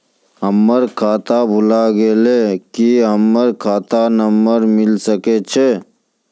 हमर खाता भुला गेलै, की हमर खाता नंबर मिले सकय छै?